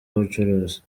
ubucuruzi